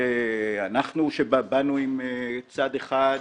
אנחנו שבאנו עם צד אחד,